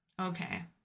Okay